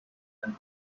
and